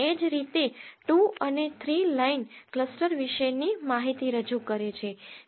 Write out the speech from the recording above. એ જ રીતે 2 અને 3 લાઈન ક્લસ્ટર વિશેની માહિતી રજૂ કરે છે